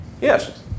Yes